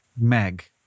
Meg